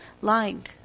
lying